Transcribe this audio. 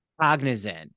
cognizant